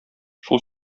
шул